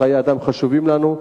חיי אדם חשובים לנו,